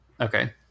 okay